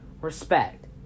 respect